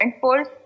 force